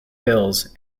bills